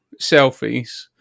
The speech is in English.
selfies